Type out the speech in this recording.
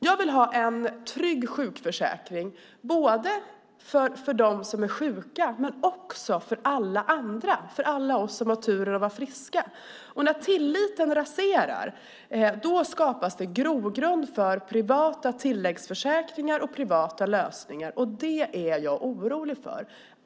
Jag vill ha en trygg sjukförsäkring både för dem som är sjuka och för alla andra, också för alla oss som har turen att vara friska. När tilliten raseras skapas det grogrund för privata tilläggsförsäkringar och privata lösningar, och det är jag orolig för.